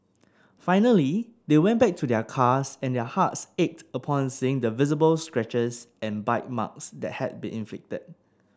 finally they went back to their cars and their hearts ached upon seeing the visible scratches and bite marks that had been inflicted